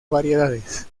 variedades